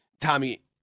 Tommy